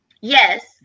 Yes